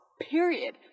period